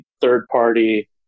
third-party